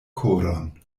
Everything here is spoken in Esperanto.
koron